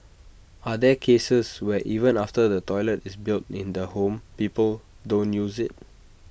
are there cases where even after the toilet is built in the home people don't use IT